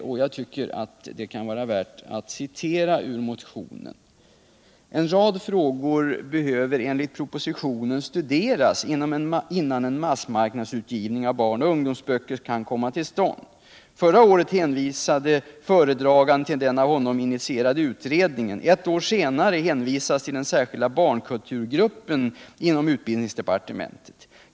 I den motionen anför vi bl.a. följande: ”En rad frågor behöver enligt propositionen studeras innan en massmarknadsutgivning av barn och ungdomsböcker kan komma till stånd. Förra året hänvisade föredraganden till den av honom initierade utredningen. Ett år senare hänvisas till den särskilda barnkulturgruppen inom utbildningsdepartementet.